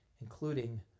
including